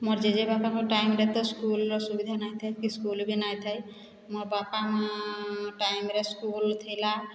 ମୋର ଜେଜେ ବାପା ଙ୍କ ଟାଇମ୍ରେ ତ ସ୍କୁଲ୍ର ସୁବିଧା ନାଇ ଥାଏ କି ସ୍କୁଲ୍ ବି ନାଇ ଥାଏ ମୋ ବାପା ମା ଟାଇମ୍ରେ ସ୍କୁଲ୍ ଥିଲା